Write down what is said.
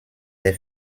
der